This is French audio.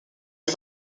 ces